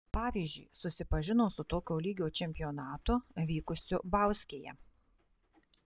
pavyzdžiui susipažino su tokio lygio čempionatu vykusiu bauskėje